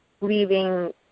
leaving